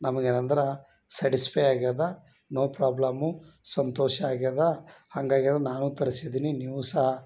ನಮಗೆ ಏನಂದ್ರೆ ಸಾಟಿಸ್ಫೈ ಆಗ್ಯಾದ ನೋ ಪ್ರೊಬ್ಲಮ್ಮು ಸಂತೋಷ ಆಗ್ಯಾದ ಹಾಗಾಗಿ ಅದು ನಾನು ತರ್ಸಿದ್ದೀನಿ ನೀವೂ ಸಹ